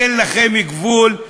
אין לכם גבול.